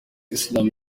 islam